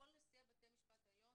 כל נשיאי בתי המשפט היום,